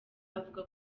avuga